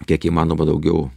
kiek įmanoma daugiau